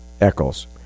Eccles